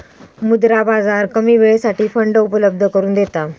मुद्रा बाजार कमी वेळेसाठी फंड उपलब्ध करून देता